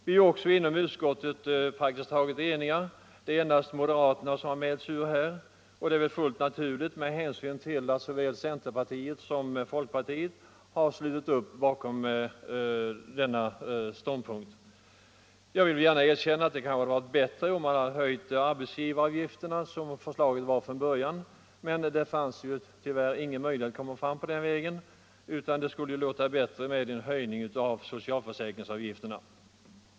Vi är också inom utskottet praktiskt taget eniga — det är endast moderaterna som har mält sig ut — och det är väl fullt naturligt med hänsyn till att såväl centerpartiet som folkpartiet har slutit upp bakom uppgörelsen. Jag skall gärna erkänna att det kanske hade varit bättre om man hade höjt arbetsgivaravgifterna, vilket föreslogs från början, men det fanns tyvärr ingen möjlighet att komma fram på den vägen — det skulle ju låta bättre med en höjning av socialförsäkringsavgifterna.